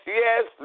yes